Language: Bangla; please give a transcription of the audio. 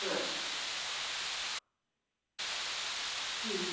হ্যাঁ হুম